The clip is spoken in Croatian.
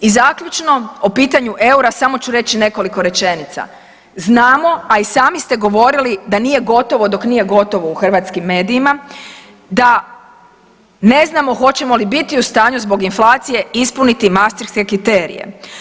I zaključno, o pitanju eura samo ću reći nekoliko rečenica, znamo, a i sami ste govorili da nije gotovo dok nije gotovo u hrvatskim medijima, da ne znamo hoćemo li biti u stanju zbog inflacije ispuniti mastrihtske kriterije.